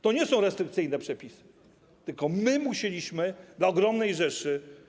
To nie są restrykcyjne przepisy, tylko my musieliśmy dla ogromnej rzeszy